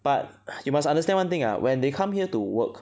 but you must understand one thing ah when they come here to work